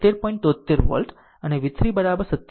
73 volt અને v 3 27